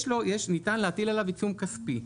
ניתן להטיל עליו עיצום כספי.